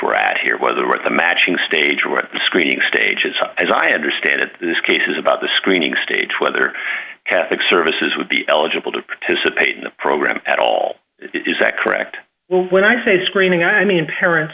stage we're at here was the right the matching stage where the screening stages as i understand it this case is about the screening stage whether catholic services would be eligible to participate in the program at all is that correct well when i say screening i mean parents